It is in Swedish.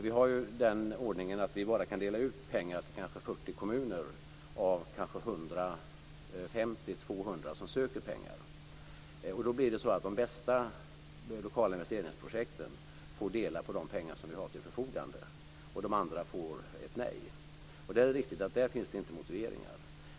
Vi har den ordningen att vi bara kan dela ut pengar till kanske 40 kommuner av 150-200 kommuner som söker pengar. De bästa lokala investeringsprojekten får dela på de pengar vi har till förfogande och de andra får ett nej, och det är riktigt att där finns det inte motiveringar.